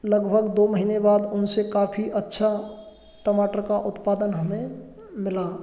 लगभग दो महीने बाद उनसे काफ़ी अच्छा टमाटर का उत्पादन हमें मिला